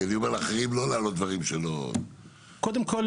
קודם כל,